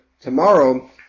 tomorrow